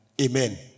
Amen